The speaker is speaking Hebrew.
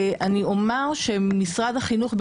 אני אומר שמשרד החינוך,